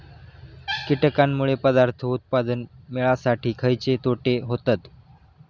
कीटकांनमुळे पदार्थ उत्पादन मिळासाठी खयचे तोटे होतत?